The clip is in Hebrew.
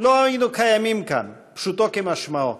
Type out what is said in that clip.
לא היינו קיימים כאן, פשוטו כמשמעו.